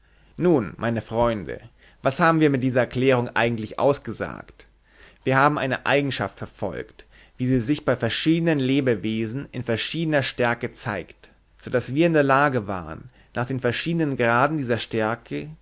nun meine freunde was haben wir mit dieser erklärung eigentlich ausgesagt wir haben eine eigenschaft verfolgt wie sie sich bei verschiedenen lebewesen in verschiedener stärke zeigt so daß wir in der lage waren nach den verschiedenen graden dieser stärke